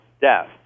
death